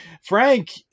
Frank